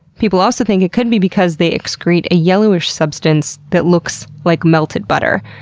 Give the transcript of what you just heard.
people also think it could be because they excrete a yellowish substance that looks like melted butter.